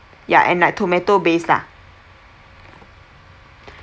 ya and like tomato base lah